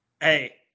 Hey